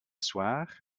soir